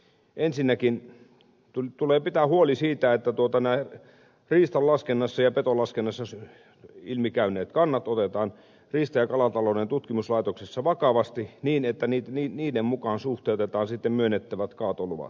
ensinnäkin tulee pitää huoli siitä että riistanlaskennassa ja petolaskennassa ilmi käyneet kannat otetaan riista ja kalatalouden tutkimuslaitoksessa vakavasti niin että niiden mukaan suhteutetaan sitten myönnettävät kaatoluvat